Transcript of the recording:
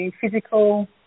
physical